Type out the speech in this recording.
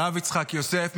הרב יצחק יוסף,